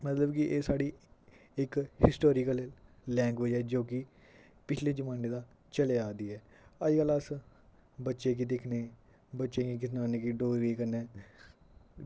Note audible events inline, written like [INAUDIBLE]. मतलब की एह् साढ़ी इक हिस्टोरिकल लैंग्वेज ऐ जो की पिच्छले जमान्ने दा चले आ दी ऐ अजकल्ल अस बच्चे गी दिक्खने कि बच्चें गी [UNINTELLIGIBLE] कि डोगरी कन्नै